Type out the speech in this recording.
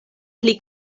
pli